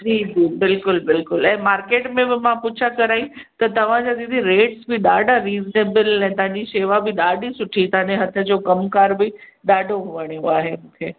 जी जी बिल्कुलु बिल्कुलु ऐं मार्केट में बि मां पुछां कराई त तव्हांजा दीदी रेट्स बि ॾाढा रीजनेबिल ऐं तव्हां जी सेवा बि ॾाढी सुठी तव्हां जे हथ जो कमकार बि ॾाढो वणियो आहे मूंखे